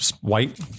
white